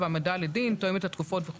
המדע והטכנולוגיה אורית פרקש הכהן: אוקיי.